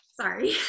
sorry